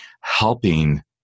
helping